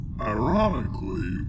ironically